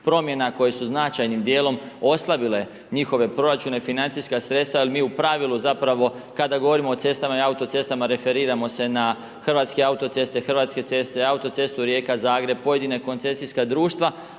koje su značajnim dijelom oslabile njihove proračune i financijska sredstva ali mi u pravilu zapravo kada govorimo o cestama i autocestama referiramo se na Hrvatske autoceste, Hrvatske ceste, autocestu Rijeka-Zagreb, pojedina koncesijska društva